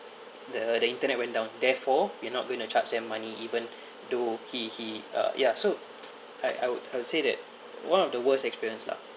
the the internet went down therefore you're not going to charge them money even though he he uh ya so I I would I would say that one of the worst experience lah